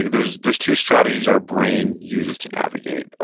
there's there's two strategies our brain uses to navigate.